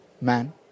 man